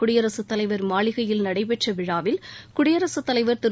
குடியரசுத் தலைவர் மாளிகையில் நடைபெற்ற விழாவில் குடியரசுத் தலைவர் திரு